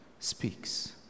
speaks